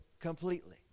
completely